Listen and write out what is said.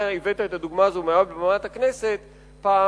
אתה הבאת את הדוגמה הזאת מעל במת הכנסת פעם,